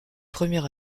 premier